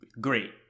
great